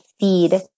feed